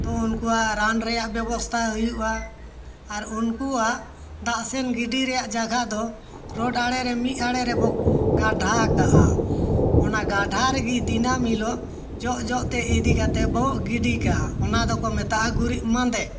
ᱛᱚ ᱩᱱᱠᱩᱣᱟᱜ ᱨᱟᱱ ᱨᱮᱱᱟᱜ ᱵᱮᱵᱚᱥᱛᱷᱟ ᱦᱩᱭᱩᱜᱼᱟ ᱟᱨ ᱩᱱᱠᱩᱣᱟᱜ ᱫᱟᱜ ᱥᱮᱱ ᱜᱤᱰᱤ ᱨᱮᱱᱟᱜ ᱡᱟᱭᱜᱟ ᱫᱚ ᱨᱳᱰ ᱟᱲᱮ ᱨᱮ ᱢᱤᱫ ᱟᱲᱮ ᱨᱮᱵᱚᱱ ᱜᱟᱰᱟ ᱠᱟᱜᱼᱟ ᱚᱱᱟ ᱜᱟᱰᱟ ᱨᱮᱜᱮ ᱫᱤᱱᱟᱹᱢ ᱦᱤᱞᱳᱜ ᱡᱚᱜ ᱡᱚᱜ ᱛᱮ ᱤᱫᱤ ᱠᱟᱛᱮᱫ ᱵᱚᱱ ᱜᱤᱰᱤ ᱠᱟᱜᱼᱟ ᱚᱱᱟ ᱫᱚᱠᱚ ᱢᱮᱛᱟᱜᱼᱟ ᱜᱩᱨᱤᱡ ᱢᱟᱫᱮ